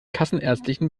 kassenärztlichen